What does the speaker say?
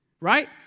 Right